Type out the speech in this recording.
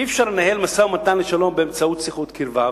אי-אפשר לנהל משא-ומתן לשלום באמצעות שיחות קרבה.